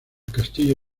castillo